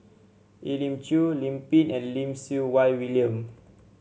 Elim Chew Lim Pin and Lim Siew Wai William